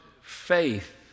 faith